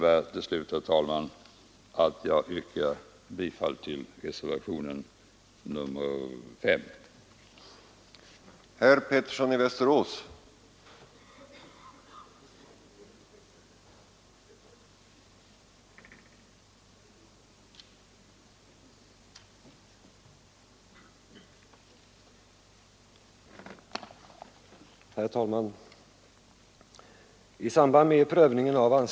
Med det anförda yrkar jag bifall till reservationen 5.